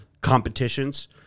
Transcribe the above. competitions